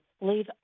leave